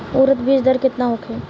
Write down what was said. उरद बीज दर केतना होखे?